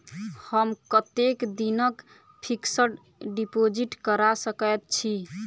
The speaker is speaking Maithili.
हम कतेक दिनक फिक्स्ड डिपोजिट करा सकैत छी?